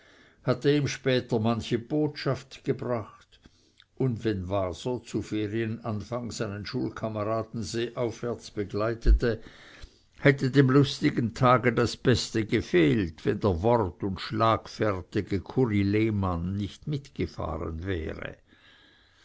hatte ihm später manche botschaft gebracht und wenn waser zu ferienanfang seinen schulkameraden seeaufwärts begleitete hätte dem lustigen tage das beste gefehlt wenn der wort und schlagfertige kuri lehmann nicht mitgefahren wäre